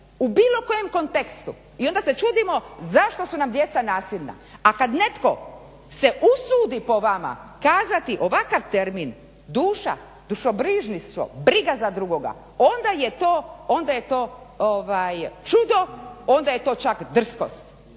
u bilo kojem kontekstu i onda se čudimo zašto su nam djeca nasilna. A kad netko se usudi po vama kazati ovakav termin duša, dušebrižništvo, briga za drugoga onda je to čudo, onda je to čak drskost.